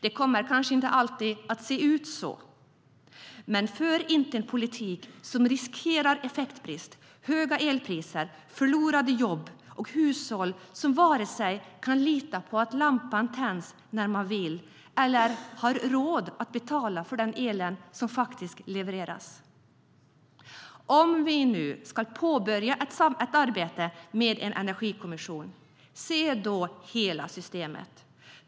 Det kommer kanske inte att se ut så i all framtid, men för inte en politik som riskerar effektbrist, höga elpriser och förlorade jobb och som gör att hushåll varken kan lita på att lampan tänds när de vill eller har råd att betala för den el som faktiskt levereras! Om vi nu ska påbörja ett arbete med en energikommission, se då hela systemet.